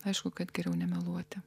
aišku kad geriau nemeluoti